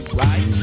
right